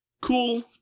cool